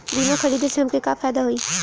बीमा खरीदे से हमके का फायदा होई?